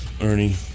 Ernie